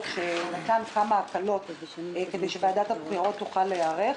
- הוא נתן כמה הקלות כדי שוועדת הבחירות תוכל להיערך.